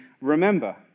remember